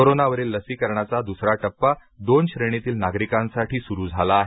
कोरोनावरील लसीकरणाचा द्सरा टप्पा दोन श्रेणीतील नागरिकांसाठी सुरु झाला आहे